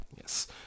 yes